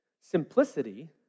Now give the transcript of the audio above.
simplicity